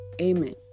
Amen